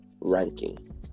ranking